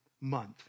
month